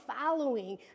following